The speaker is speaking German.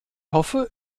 hoffe